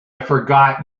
forgot